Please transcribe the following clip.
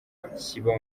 kiba